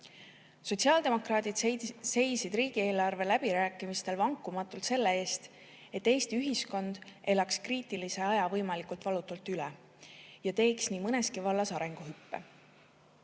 Sotsiaaldemokraadid seisid riigieelarve läbirääkimistel vankumatult selle eest, et Eesti ühiskond elaks kriitilise aja võimalikult valutult üle ja teeks nii mõneski vallas arenguhüppe.